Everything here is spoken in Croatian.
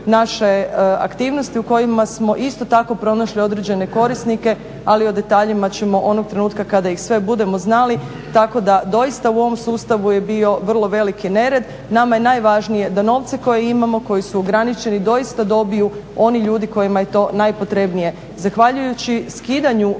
naše aktivnosti u kojima smo isto tako pronašli određene korisnike ali o detaljima ćemo onog trenutka kada ih sve budemo znali tako da doista u ovom sustavu je bio vrlo veliki nered. Nama je najvažnije da novce koje imamo, koji su ograničeni doista dobiju oni ljudi kojima je to najpotrebnije,